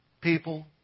People